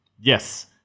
Yes